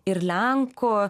ir lenkų